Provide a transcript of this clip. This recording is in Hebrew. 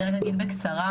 אומר בקצרה